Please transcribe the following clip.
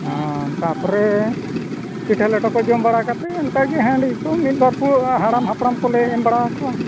ᱦᱮᱸ ᱛᱟᱯᱚᱨᱮ ᱯᱤᱴᱷᱟᱹ ᱞᱮᱴᱚᱠᱚ ᱡᱚᱢ ᱵᱟᱲᱟ ᱠᱟᱛᱮᱫ ᱚᱱᱠᱟᱜᱮ ᱦᱟᱺᱰᱤᱭᱟᱠᱚ ᱢᱤᱫᱼᱵᱟᱨ ᱯᱷᱩᱲᱩᱜ ᱦᱟᱲᱟᱢᱼᱦᱟᱯᱲᱟᱢ ᱠᱚᱞᱮ ᱮᱢ ᱵᱟᱲᱟ ᱟᱠᱚᱣᱟ